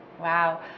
wow